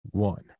one